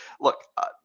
Look